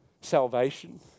Salvation